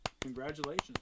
Congratulations